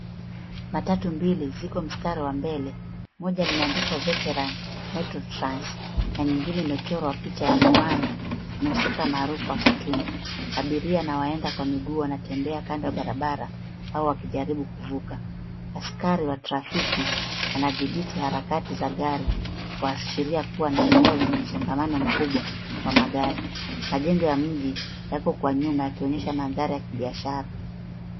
Matatu mbili ziko mstari wa mbele. Moja limeandikwa; Veteran Metrotrans and nyingine imechorowa picha ya Moana muhusika maarufu wa katuni. Abiria na waenda kwa miguu wanatembea kando barabara au wakijaribu kuvuka. Askari wa trafiki anadhibiti harakati za gari kuashiria kuwa ni eneo lenye msongamano mkubwa wa magari. Majengo ya mji yako kwa nyuma yakionyesha mandhari ya kibiashara.